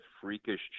freakish